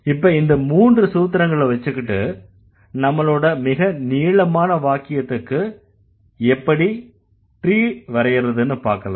இப்ப இந்த மூன்று சூத்திரங்களை வெச்சிகிட்டு நம்மளோட மிக நீளமான வாக்கியத்திற்கு எப்படி ட்ரீ வரையறதுன்னு பார்க்கலாம்